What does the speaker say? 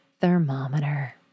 thermometer